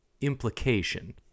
implication